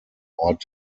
ort